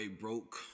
broke